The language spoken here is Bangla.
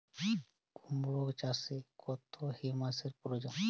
কুড়মো চাষে কত হিউমাসের প্রয়োজন?